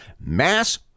mass